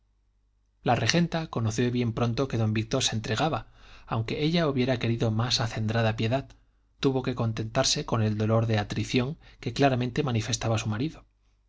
la regenta conoció bien pronto que don víctor se entregaba aunque ella hubiera querido más acendrada piedad tuvo que contentarse con el dolor de atrición que claramente manifestaba su marido